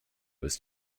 was